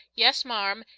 yes, marm,